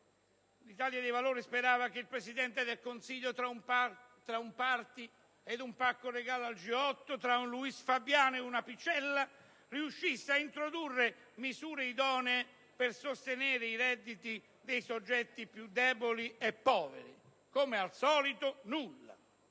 L'Italia dei Valori sperava che il Presidente del Consiglio, tra un *party* e un pacco regalo al G8, tra un Luis Fabiano e un Apicella, riuscisse a introdurre misure idonee per sostenere i redditi dei soggetti più deboli e poveri: come al solito, nulla.